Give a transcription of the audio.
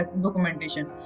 documentation